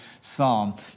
psalm